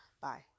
Bye